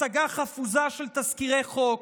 הצגה חפוזה של תזכירי חוק,